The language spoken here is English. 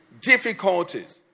difficulties